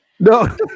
No